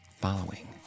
following